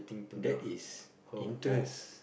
that is interest